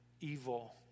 evil